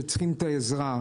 שצריך את העזרה.